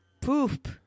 Poop